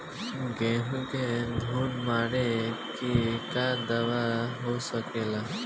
गेहूँ में घुन मारे के का दवा हो सकेला?